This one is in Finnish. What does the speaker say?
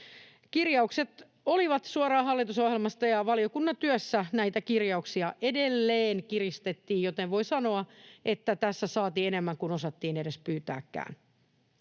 Kirjaukset olivat suoraan hallitusohjelmasta, ja valiokunnan työssä näitä kirjauksia edelleen kiristettiin, joten voi sanoa, että tässä saatiin enemmän kuin osattiin edes pyytääkään.